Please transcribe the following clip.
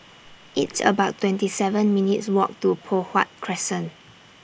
It's about twenty seven minutes' Walk to Poh Huat Crescent